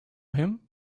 him